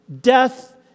death